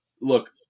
Look